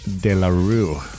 Delarue